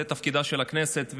זה תפקידה של הכנסת,